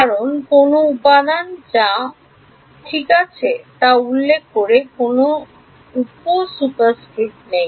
কারণ কোন উপাদান বা যা ঠিক আছে তা উল্লেখ করে কোনও উপ সুপারস্ক্রিপ্ট নেই